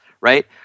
Right